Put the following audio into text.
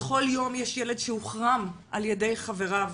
בכל יום יש ילד שהוחרם על ידי חבריו,